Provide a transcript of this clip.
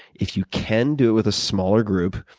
if you can, do it with a smaller group.